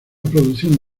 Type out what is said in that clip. producción